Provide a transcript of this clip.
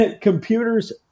computers